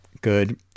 good